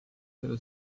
seda